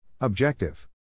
Objective